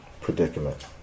predicament